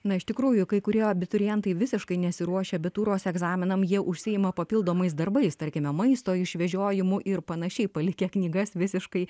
na iš tikrųjų kai kurie abiturientai visiškai nesiruošia abitūros egzaminams jie užsiima papildomais darbais tarkime maisto išvežiojimu ir panašiai palikę knygas visiškai